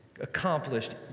accomplished